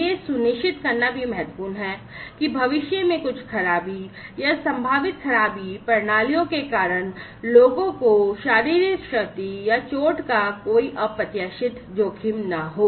यह सुनिश्चित करना भी महत्वपूर्ण है कि भविष्य में कुछ खराबी या संभावित खराबी प्रणालियों के कारण लोगों को शारीरिक क्षति या चोट का कोई अप्रत्याशित जोखिम न हो